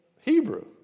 Hebrew